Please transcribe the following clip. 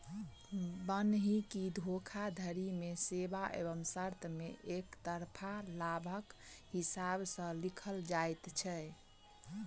बन्हकी धोखाधड़ी मे सेवा एवं शर्त मे एकतरफा लाभक हिसाब सॅ लिखल जाइत छै